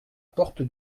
porte